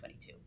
2022